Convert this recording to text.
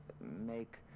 make